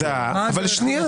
תודה, אבל שנייה.